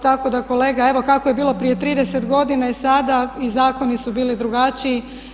Tako da kolega, evo kako je bilo prije 30 godina i sada i zakoni su bili drugačiji.